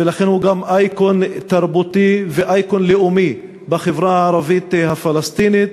ולכן הוא גם אייקון תרבותי ואייקון לאומי בחברה הערבית הפלסטינית.